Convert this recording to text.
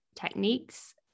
techniques